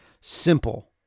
Simple